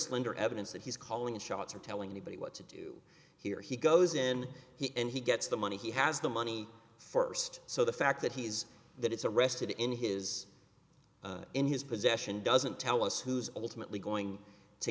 slender evidence that he's calling the shots or telling anybody what to do here he goes in and he gets the money he has the money first so the fact that he's that it's arrested in his in his possession doesn't tell us who's alternately going to